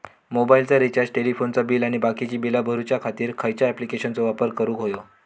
मोबाईलाचा रिचार्ज टेलिफोनाचा बिल आणि बाकीची बिला भरूच्या खातीर खयच्या ॲप्लिकेशनाचो वापर करूक होयो?